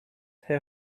her